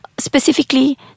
Specifically